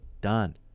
done